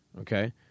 okay